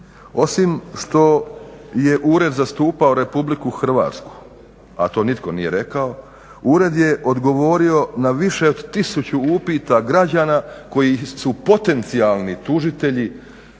Osim što je ured zastupao RH, a to nitko nije rekao, ured je odgovorio na više od tisuću upita građana koji su potencijalni tužitelji